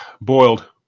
Boiled